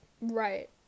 Right